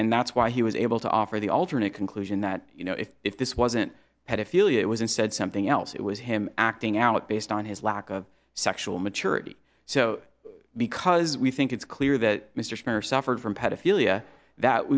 and that's why he was able to offer the alternate conclusion that you know if if this wasn't pedophilia it was said something else it was him acting out based on his lack of sexual maturity so because we think it's clear that mr turner suffered from pedophilia that